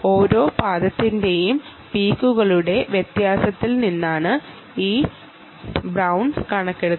ഓരോ പാദത്തിന്റെയും പീക്കുകളുടെ വ്യത്യാസത്തിൽ നിന്നാണ് ഈ ബൌൺസ് കണക്കാക്കുന്നത്